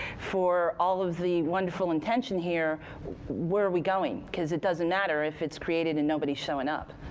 for all of the wonderful intention here where are we going because it doesn't matter if it's created and nobody's showing up.